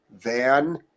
Van